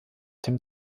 dem